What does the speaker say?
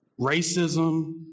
racism